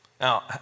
now